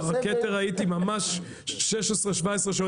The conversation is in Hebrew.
את "הכתר" ראיתי ממש 16,17 שעות.